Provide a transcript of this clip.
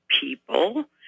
people